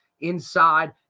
inside